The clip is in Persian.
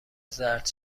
زرد